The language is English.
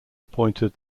appointed